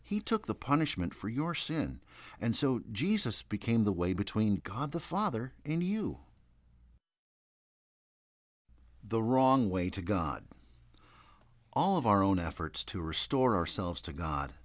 he took the punishment for your sin and so jesus became the way between god the father in you the wrong way to god all of our own efforts to restore ourselves to god